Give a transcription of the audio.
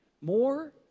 more